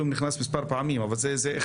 אם אדם נכנס מספר פעמים זה אחד,